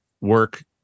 work